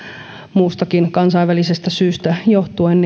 muustakin kansainvälisestä syystä johtuen